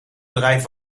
bedrijf